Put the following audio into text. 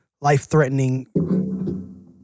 life-threatening